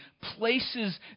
places